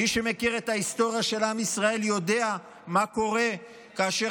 מי שמכיר את ההיסטוריה של עם ישראל יודע מה קרה כאשר